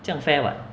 这样 fair [what]